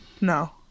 no